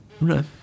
No